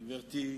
גברתי,